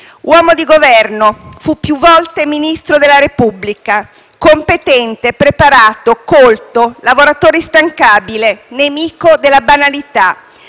Uomo di Governo, fu più volte Ministro della Repubblica: competente, preparato, colto, lavoratore instancabile, nemico della banalità.